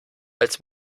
als